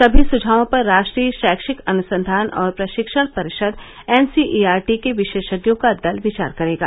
सभी सुझावों पर राष्ट्रीय शैक्षिक अनुसंधान और प्रशिक्षण परिषद एनसीईआरटी के विशेषज्ञों का दल विचार करेगा